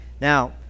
Now